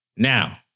Now